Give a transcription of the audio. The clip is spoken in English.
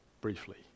briefly